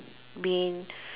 being